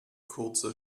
kurze